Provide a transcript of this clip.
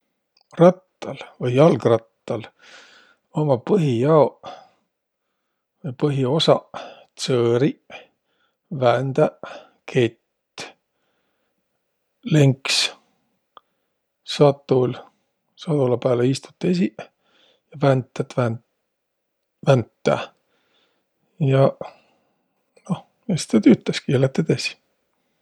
Rattal vai jalgrattal ommaq põhijaoq vai põhiosaq: tsõõriq, vändäq, kett, lenks, satul, sadola pääle istut esiq ja väntät vänt- väntä. Jaq, noh, ja sis tä tüütäski ja lätt edesi.